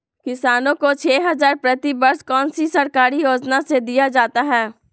किसानों को छे हज़ार प्रति वर्ष कौन सी सरकारी योजना से दिया जाता है?